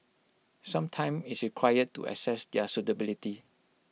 some time is required to assess their suitability